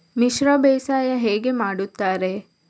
ಮಿಶ್ರ ಬೇಸಾಯ ಹೇಗೆ ಮಾಡುತ್ತಾರೆ?